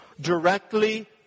directly